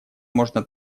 можно